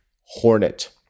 hornet